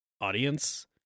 audience